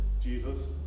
Jesus